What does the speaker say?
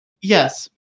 Yes